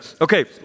Okay